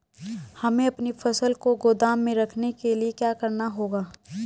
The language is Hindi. हमें अपनी फसल को गोदाम में रखने के लिये क्या करना होगा?